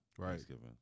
Thanksgiving